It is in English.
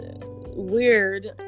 weird